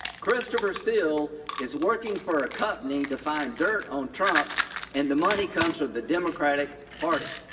christopher steele is working for a company to find dirt on trump and the money comes from the democratic party?